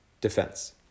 defense